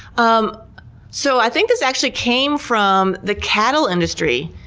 um so i think this actually came from the cattle industry,